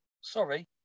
sorry